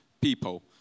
people